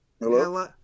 Hello